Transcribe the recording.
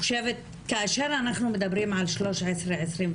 כאשר אנחנו מדברים על 1325,